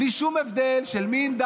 בלי שום הבדל של מין,